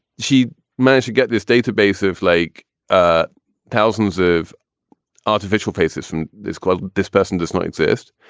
she managed to get this database of like ah thousands of artificial faces from this court. this person does not exist.